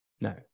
No